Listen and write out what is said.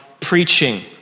preaching